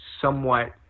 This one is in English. somewhat